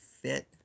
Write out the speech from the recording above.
fit